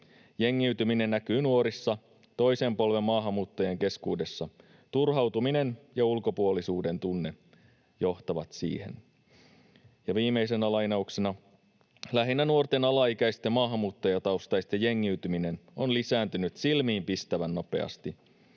Jengiytyminen näkyy nuorissa, toisen polven maahanmuuttajien keskuudessa. Turhautuminen ja ulkopuolisuuden tunne johtavat siihen.” Viimeisenä lainauksena: ”Lähinnä nuorten alaikäisten maahanmuuttajataustaisten jengiytyminen on lisääntynyt silmiinpistävän nopeasti.